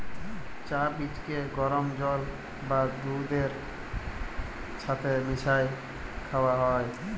চাঁ বীজকে গরম জল বা দুহুদের ছাথে মিশাঁয় খাউয়া হ্যয়